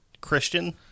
Christian